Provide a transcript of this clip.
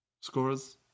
Scorers